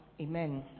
Amen